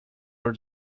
your